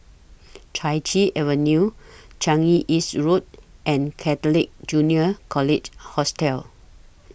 Chai Chee Avenue Changi East Road and Catholic Junior College Hostel